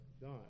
God